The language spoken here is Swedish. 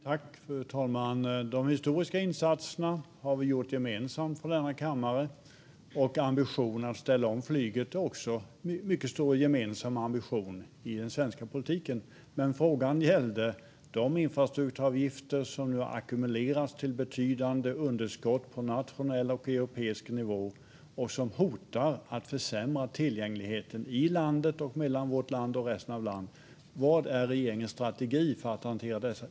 Fru talman! De historiska insatserna har vi gjort gemensamt i denna kammare, och ambitionen att ställa om flyget är också en mycket stor gemensam ambition i den svenska politiken. Men frågan gällde de infrastrukturavgifter som nu ackumuleras till betydande underskott på nationell och europeisk nivå och som hotar att försämra tillgängligheten i landet och mellan vårt land och resten av länderna. Vad är regeringens strategi för att hantera detta?